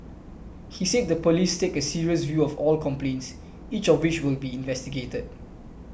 he said the police take a serious view of all complaints each of which will be investigated